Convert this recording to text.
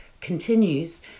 continues